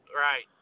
Right